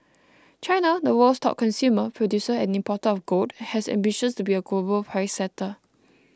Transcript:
China the world's top consumer producer and importer of gold has ambitions to be a global price setter